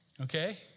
Okay